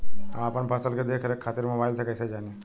हम अपना फसल के देख रेख खातिर मोबाइल से कइसे जानी?